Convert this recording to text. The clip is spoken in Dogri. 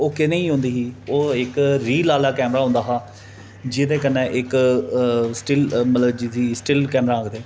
ओह् कनेही होंदी ही ओह् इक्क रील आह्ला कैमरा होंदा हा जेह्दे कन्नै इक्क मतलब की जिसी स्टिल कैमरा आखदे हे